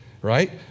right